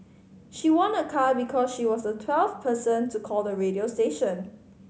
she won a car because she was the twelfth person to call the radio station